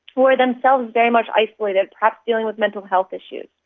who are themselves very much isolated, perhaps dealing with mental health issues.